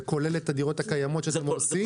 זה כולל את הדירות הקיימות שאתה מוציא?